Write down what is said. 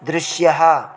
दृश्यः